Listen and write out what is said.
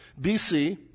BC